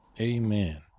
Amen